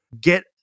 Get